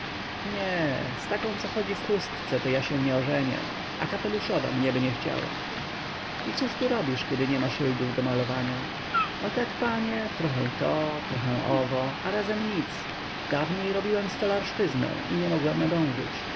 nie z taką co chodzi w chustce to ja się nie ożenię a kapeluszowa mnieby nie chciała i cóż tu robisz kiedy niema szyldów do malowania o tak panie trochę to trochę owo a razem nic dawniej robiłem stolarszczyznę i nie mogłem nadążyć